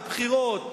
בבחירות,